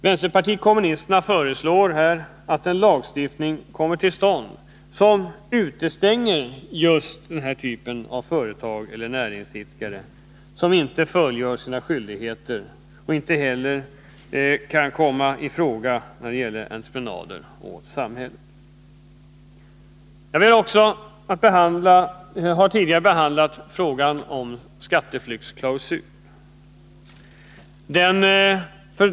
Vänsterpartiet kommunisterna föreslår att en lagstiftning kommer till stånd som utestänger just den här typen av företag eller näringsidkare, som inte fullgör sina skyldigheter och inte heller kan komma i fråga när det gäller entreprenader åt samhället. Vi har tidigare behandlat frågan om skatteflyktsklausul.